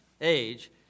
age